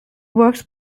works